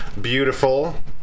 Beautiful